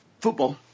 football